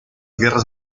guerras